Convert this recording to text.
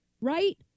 Right